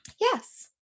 Yes